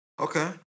Okay